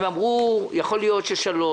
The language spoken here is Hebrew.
הם אמרו: יכול להיות ששלוש.